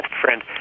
friend